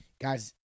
guys